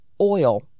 oil